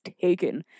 taken